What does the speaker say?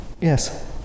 Yes